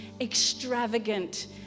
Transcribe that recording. extravagant